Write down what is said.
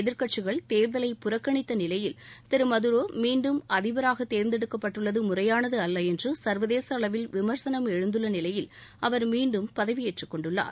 எதிர்க்கட்சிகள் தேர்தலை புறக்கணித்த நிலையில் திரு மதுரோ மீண்டும் அதிபராக தேர்ந்தெடுக்கப்பட்டுள்ளது முறைபானது அல்ல என்று சர்வதேச அளவில் விமர்சனம் எழுந்த நிலையில் அவர் மீண்டும் பதவியேற்றுக்கொண்டுள்ளார்